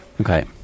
Okay